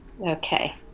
Okay